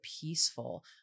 peaceful